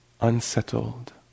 unsettled